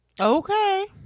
Okay